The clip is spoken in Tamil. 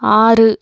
ஆறு